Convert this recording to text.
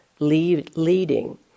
leading